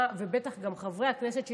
ובטח גם חברי הכנסת שהצביעו,